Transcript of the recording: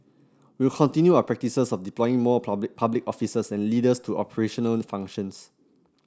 we will continue our practice of deploying more public public officers and leaders to operational functions